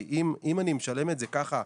כי אם אני משלם את זה ככה,